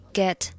get